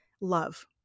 love